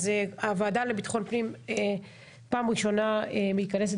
אז הוועדה לביטחון פנים פעם ראשונה מתכנסת